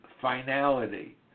finality